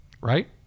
Right